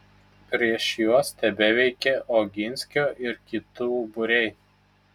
prieš juos tebeveikė oginskio ir kitų būriai